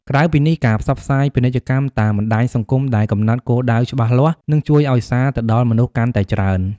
ក្រៅពីនេះ ការផ្សព្វផ្សាយពាណិជ្ជកម្មតាមបណ្តាញសង្គមដែលកំណត់គោលដៅច្បាស់លាស់នឹងជួយឲ្យសារទៅដល់មនុស្សកាន់តែច្រើន។